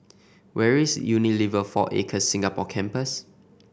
where is Unilever Four Acres Singapore Campus